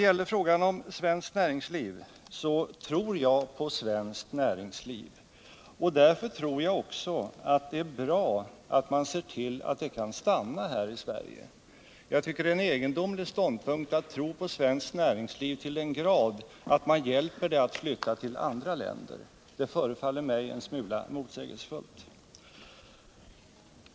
Jag tror på svenskt näringsliv, och därför tror jag också att det är bra att man ser till att det stannar kvar här i Sverige. Jag tycker det är en egendomlig ståndpunkt att tro på svenskt näringsliv så till den grad att man hjälper det ait Nytta till andra länder. Det förefaller mig en smula motsägelsefullt.